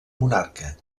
monarca